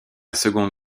seconde